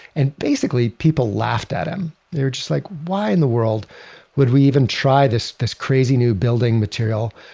and basically, people laughed at him. they were just like, why in the world would we even try this this crazy new building material.